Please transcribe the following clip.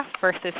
versus